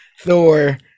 Thor